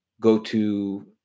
go-to